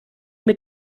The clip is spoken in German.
mit